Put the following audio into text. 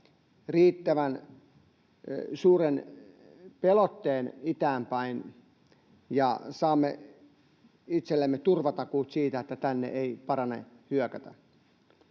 riittävän suuren pelotteen itäänpäin ja saamme itsellemme turvatakuut siitä, että tänne ei parane hyökätä.